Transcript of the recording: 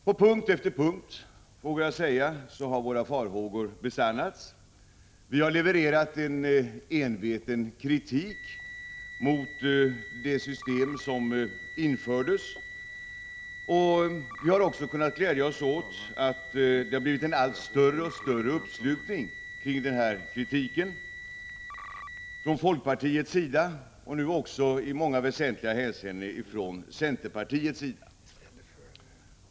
På punkt efter punkt, vågar jag säga, har våra farhågor besannats. Vi har levererat en enveten kritik mot det system som infördes. Vi har kunnat glädjas åt att det har blivit en allt större uppslutning från folkpartiets sida och nu också i många väsentliga avseenden från centerns sida kring kritiken.